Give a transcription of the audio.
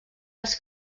les